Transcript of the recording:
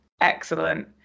Excellent